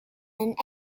and